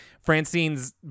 francine's